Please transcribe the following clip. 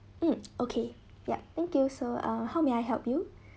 mm okay yup thank you so uh how may I help you